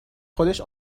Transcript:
خودش